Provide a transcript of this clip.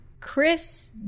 Chris